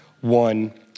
one